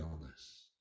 illness